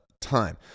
time